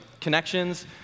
connections